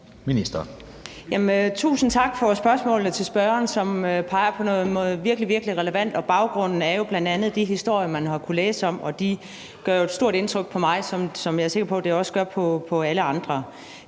Tusind tak for spørgsmålene. Spørgeren peger på noget virkelig, virkelig relevant, og baggrunden er jo bl.a. de historier, man har kunnet læse om, og de gør et stort indtryk på mig, ligesom jeg er sikker på at de også gør på alle andre.